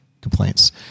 complaints